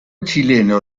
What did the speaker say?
chileno